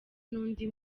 n’undi